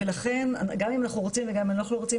ולכן גם אם אנחנו רוצים וגם אם אנחנו לא רוצים